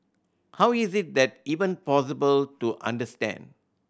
how is this that even possible to understand